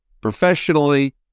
Professionally